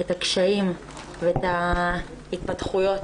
את הקשיים ואת ההתפתחויות